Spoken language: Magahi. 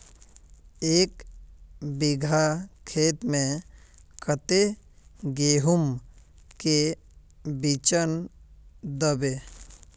एक बिगहा खेत में कते गेहूम के बिचन दबे?